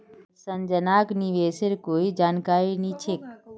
संजनाक निवेशेर कोई जानकारी नी छेक